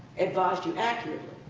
advised you accurately.